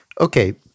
okay